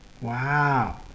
Wow